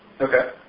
Okay